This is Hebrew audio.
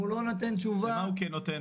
הוא לא נותן תשובה --- למה הוא כן נותן תשובה?